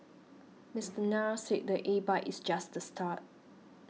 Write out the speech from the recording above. Mister Nair said the A bike is just the start